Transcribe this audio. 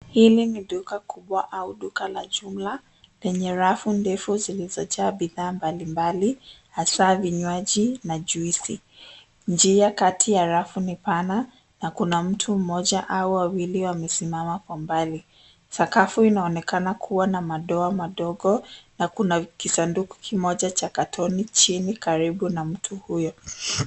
Hili ni duka kubwa au duka la jumla lenye rafu ndefu zilizojaa bidhaa mbalimbali hasa vinywaji na juisi .Njia kati ya rafu ni pana na kuna mtu mmoja au wawili wamesimama kwa mbali. Sakafu inaonekana kuwa na madoa madogo na kuna kisaduku kimoja cha carton chini karibu na mtu huyo.